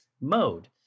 mode